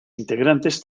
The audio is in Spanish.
integrantes